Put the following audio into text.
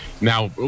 now